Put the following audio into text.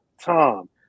Tom